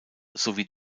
sowie